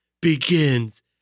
begins